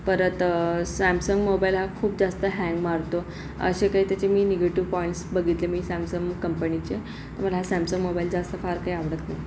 परत Samsung mobile हा खूप जास्त हँग मारतो असे काही त्याचे मी निगेटिव्ह पॉईंटस बघितले मी सॅमसंग कंपनीचे मला सॅमसंग मोबाईल जास्त फार काही आवडत नाही